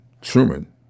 Truman